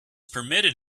permitted